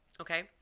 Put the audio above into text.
okay